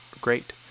Great